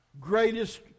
greatest